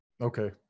okay